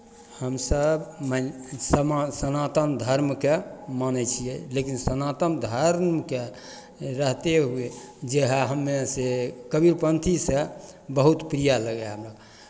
हमसभ मेन समा सनातन धर्मकेँ मानै छियै लेकिन सनातन धर्मके रहते हुए जएह हमे से कबीरपंथीसँ बहुत प्रिय लगय हमरा